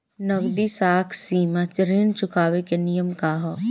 नगदी साख सीमा ऋण चुकावे के नियम का ह?